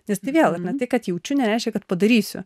nes tai vėl matai kad jaučiu nereiškia kad padarysiu